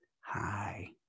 Hi